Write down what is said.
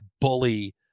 bully